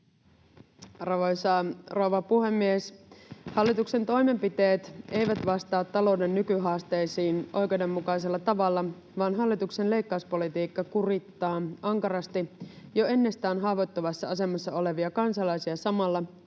Arvoisa rouva puhemies! Hallituksen toimenpiteet eivät vastaa talouden nykyhaasteisiin oikeudenmukaisella tavalla, vaan hallituksen leikkauspolitiikka kurittaa ankarasti jo ennestään haavoittuvassa asemassa olevia kansalaisia samalla, kun se